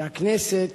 שהכנסת